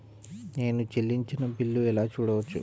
నేను చెల్లించిన బిల్లు ఎలా చూడవచ్చు?